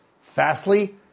Fastly